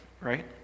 right